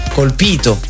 colpito